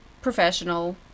professional